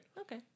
Okay